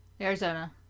Arizona